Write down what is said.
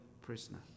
prisoner